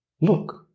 look